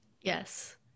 Yes